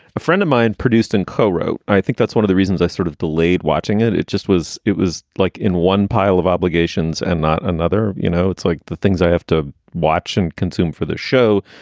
a friend of mine produced and co-wrote. i think that's one of the reasons i sort of delayed watching it. it just was it was like in one pile of obligations and not another. you know, it's like the things i have to watch and consume for the show.